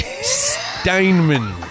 Steinman